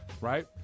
Right